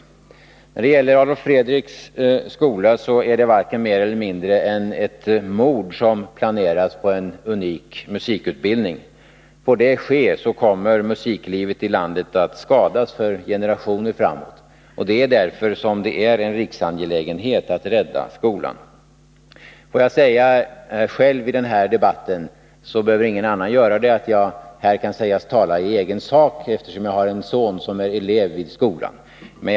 När det gäller Adolf Fredriks musikskola är det varken mer eller mindre än ett mord som planeras på en unik musikutbildning. Får det ske, kommer musiklivet i landet att skadas för generationer framåt. Det är därför en riksangelägenhet att rädda skolan. Får jag säga själv i den här debatten, så att ingen annan skall behöva göra det, att jag här kan sägas tala i egen sak, eftersom jag har en son som är elev vid Adolf Fredriks musikskola.